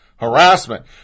Harassment